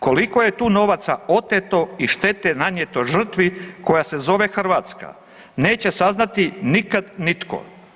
Koliko je tu novaca oteto i štete nanijeto žrtvi koja se zove Hrvatska neće saznati nikad nitko.